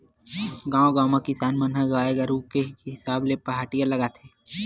गाँव गाँव म किसान मन ह गाय गरु के हिसाब ले पहाटिया लगाथे